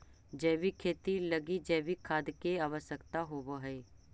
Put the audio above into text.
जैविक खेती लगी जैविक खाद के आवश्यकता होवऽ हइ